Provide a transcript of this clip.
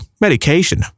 medication